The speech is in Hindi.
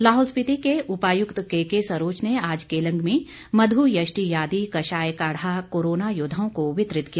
लाहौल स्पीति के उपायुक्त केके सरोच ने आज केलंग में मध्यष्टियादी कषाय काढ़ा कोरोना योद्वाओं को वितरित किया